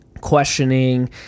questioning